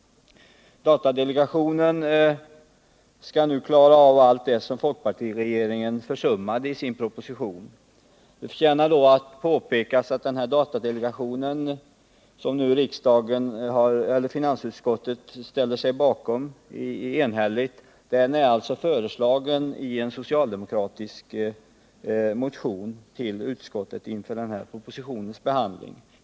Datadelegationen skall nu klara av allt det som folkpartiregeringen försummat i propositionen. Det förtjänar då att påpekas att delegationen, som finansutskottet enhälligt ställer sig bakom, är föreslagen i en socialdemokratisk motion till utskottet inför propositionens behandling.